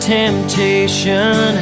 temptation